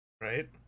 Right